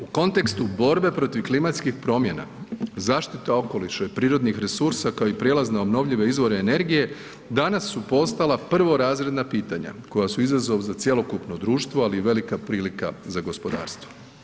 U kontekstu borbe protiv klimatskih promjena, zaštita okoliša i prirodnih resursa kao i prijelaz na obnovljive izvore energije danas su postala prvorazredna pitanja koja su izazov za cjelokupno društvo, ali i velika prilika za gospodarstvo.